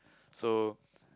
so